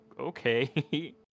okay